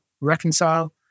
reconcile